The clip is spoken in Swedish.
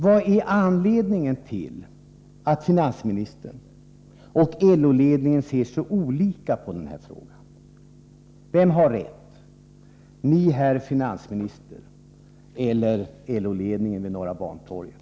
Vad är anledningen till att finansministern och LO-ledningen ser så olika på den här frågan? Vem har rätt — ni, herr finansminister, eller LO-ledningen vid Norra Bantorget?